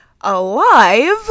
alive